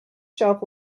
shelf